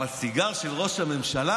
אבל סיגר של ראש הממשלה,